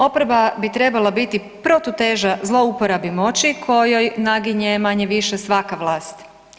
Oporba bi trebala biti protuteža zlouporabi moći kojoj naginje manje-više svaka vlast.